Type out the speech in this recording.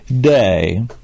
day